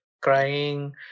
crying